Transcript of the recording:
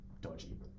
dodgy